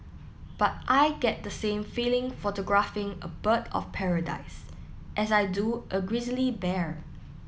but I get the same feeling photographing a bird of paradise as I do a grizzly bear